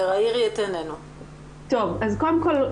קודם כל,